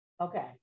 Okay